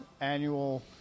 annual